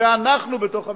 זה אנחנו בתוך המכונית.